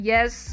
Yes